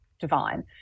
Divine